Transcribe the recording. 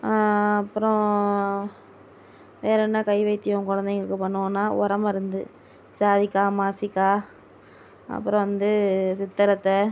அப்புறம் வேற என்ன கை வைத்தியம் குழந்தைங்களுக்கு பண்ணுவோன்னால் ஒரம் மருந்து ஜாதிக்காய் மாசிக்காய் அப்புறம் வந்து சித்தரத்தை